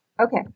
Okay